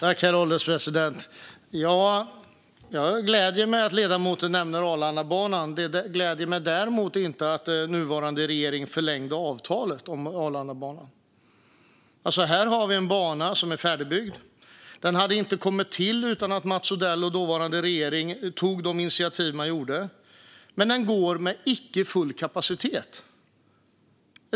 Herr ålderspresident! Det gläder mig att ledamoten nämner Arlandabanan. Det gläder mig däremot inte att nuvarande regering förlängde avtalet om Arlandabanan. Här har vi alltså en bana som är färdigbyggd - och den hade inte kommit till utan att Mats Odell och dåvarande regering tog de initiativ de gjorde - men som inte går med full kapacitet.